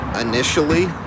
initially